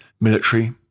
military